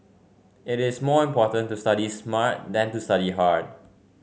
it is more important to study smart than to study hard